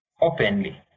openly